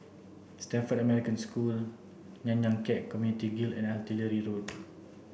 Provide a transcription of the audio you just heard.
Stamford American School Nanyang Khek Community Guild and Artillery Road